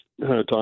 time